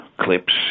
clips